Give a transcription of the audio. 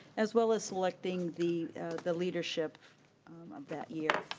as well as selecting the the leadership that year.